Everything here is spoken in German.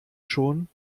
schon